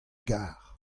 gar